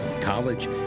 college